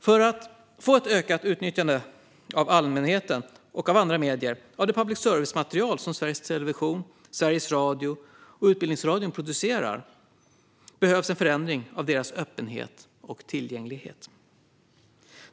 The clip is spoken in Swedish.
För att öka allmänhetens och andra mediers utnyttjande av det public service-material som Sveriges Television, Sveriges Radio och Utbildningsradion producerar behövs en förändring av deras öppenhet och tillgänglighet.